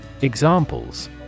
Examples